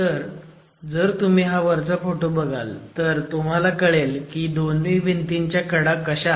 तर जर तुम्ही हा वरचा फोटो बघाल तर तुम्हाला कळेल की दोन्ही भिंतीच्या कडा कशा आहेत